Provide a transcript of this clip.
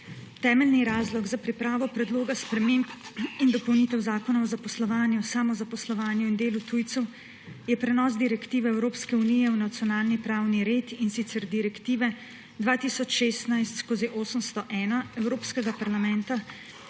Temeljni razlog za pripravo Predloga sprememb in dopolnitev Zakona o zaposlovanju, samozaposlovanju in delu tujcev je prenos direktive Evropske unije v nacionalni pravni red, in sicer direktive 2016/801 Evropskega parlamenta